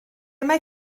mae